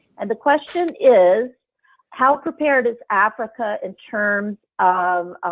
and the question is how prepared is africa in terms um